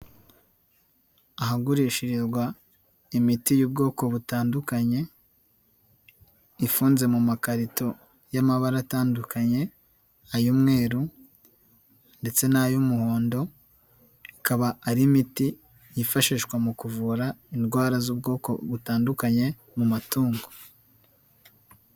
Ahagurishirizwa imiti y'ubwoko butandukanye, ifunze mu makarito y'amabara atandukanye, ay'umweru ndetse n'ay'umuhondo, ikaba ari imiti yifashishwa mu kuvura indwara z'ubwoko butandukanye mu matungo.